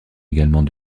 également